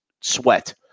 sweat